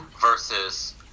versus